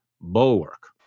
bulwark